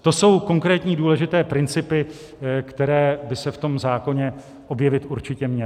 To jsou konkrétní důležité principy, které by se v tom zákoně objevit určitě měly.